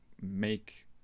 make